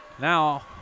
Now